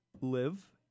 live